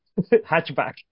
hatchback